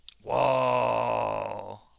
Whoa